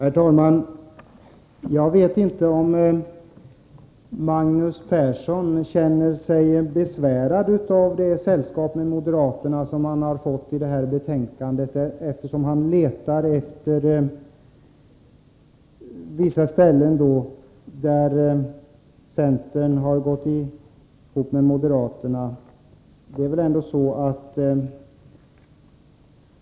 Herr talman! Jag vet inte om Magnus Persson känner sig besvärad av att ha fått sällskap med moderaterna i detta betänkande, eftersom han letar efter sådana punkter där centern har gått ihop med moderaterna.